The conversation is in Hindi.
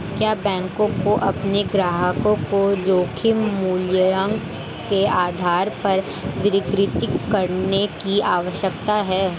क्या बैंकों को अपने ग्राहकों को जोखिम मूल्यांकन के आधार पर वर्गीकृत करने की आवश्यकता है?